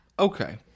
Okay